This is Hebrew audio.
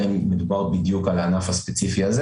אם מדובר בדיוק על הענף הספציפי הזה